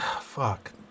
Fuck